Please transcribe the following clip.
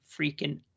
freaking